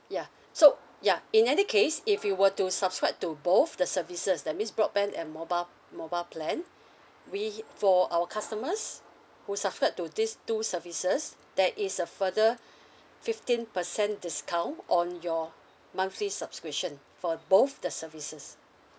ya so ya in any case if you were to subscribe to both the services that means broadband and mobile mobile plan we for our customers who subscribe to these two services there is a further fifteen percent discount on your monthly subscription for both the services